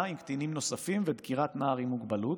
עם קטינים נוספים ודקירת נער עם מוגבלות.